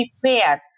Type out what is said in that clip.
prepared